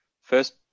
First